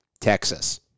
Texas